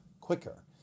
quicker